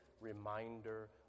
reminder